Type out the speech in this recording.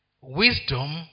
Wisdom